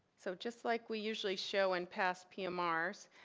so just like we usually show in past p um ah pmrs,